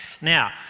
Now